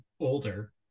older